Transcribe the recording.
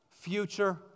future